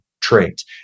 trait